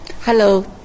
Hello